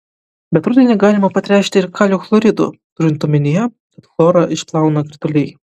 bet rudenį galima patręšti ir kalio chloridu turint omenyje kad chlorą išplauna krituliai